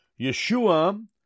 Yeshua